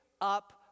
up